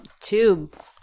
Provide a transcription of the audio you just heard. tube